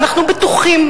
אנחנו בטוחים,